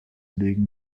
legen